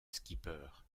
skipper